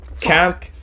Camp